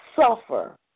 suffer